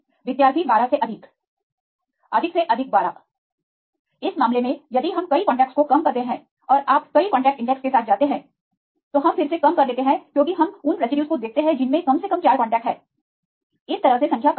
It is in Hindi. विद्यार्थी 12 से अधिक अधिक से अधिक 12 इस मामले में यदि हम कई कांटेक्टस को कम करते हैं और आप कई कांटेक्ट इंडेक्स के साथ जाते हैं तो हम फिर से कम कर देते हैं क्योंकि हम उन रेसिड्यूज को देखते हैं जिनमें कम से कम 4 कांटेक्ट हैं इस तरह से संख्या कम है